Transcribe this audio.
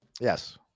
Yes